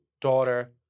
daughter